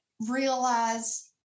realize